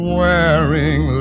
wearing